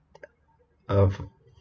uh